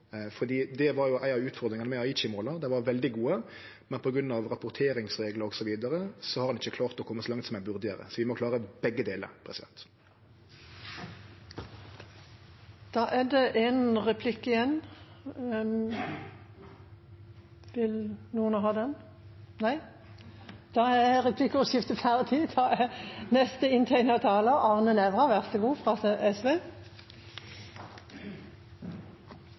Det var jo ei av utfordringane med Aichi-måla. Dei var veldig gode, men på grunn av rapporteringsreglar osv. har ein ikkje klart å kome så langt som ein burde. Vi må klare begge delar. Replikkordskiftet er